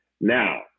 Now